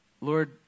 Lord